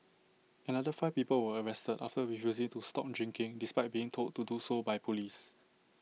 another five people were arrested after refusing to stop drinking despite being told to do so by Police